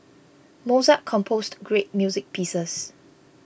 Mozart composed great music pieces